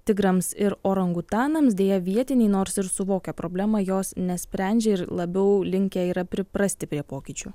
tigrams ir orangutanams deja vietiniai nors ir suvokia problemą jos nesprendžia ir labiau linkę yra priprasti prie pokyčių